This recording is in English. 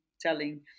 telling